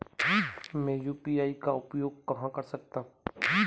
मैं यू.पी.आई का उपयोग कहां कर सकता हूं?